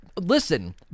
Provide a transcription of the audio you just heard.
listen